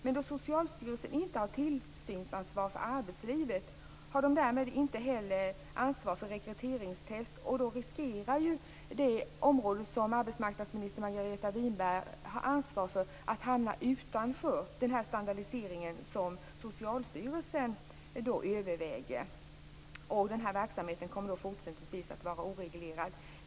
Men då Socialstyrelsen inte har tillsynsansvar för arbetslivet har man därmed inte heller ansvar för rekryteringstest. Då riskerar det område som arbetsmarknadsminister Margareta Winberg har ansvar för att hamna utanför den standardisering som Socialstyrelsen överväger. Den här verksamheten kommer då även fortsättningsvis att vara oreglerad.